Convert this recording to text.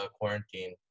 quarantine